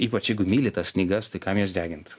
ypač jeigu myli tas knygas tai kam jas degint